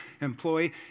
employee